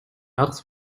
acht